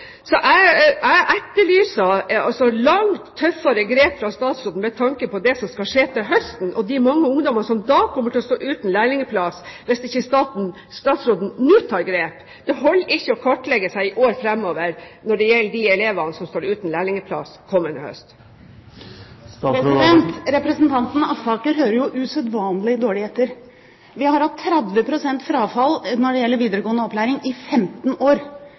Jeg etterlyser langt tøffere grep fra statsråden med tanke på det som skal skje til høsten – og de mange ungdommene som kommer til å stå uten lærlingplass, hvis ikke statsråden nå tar grep. Det holder ikke å kartlegge i år framover når det gjelder de elevene som står uten lærlingplass kommende høst. Representanten Aspaker hører jo usedvanlig dårlig etter. Vi har hatt 30 pst. frafall fra videregående opplæring i 15 år.